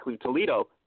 Toledo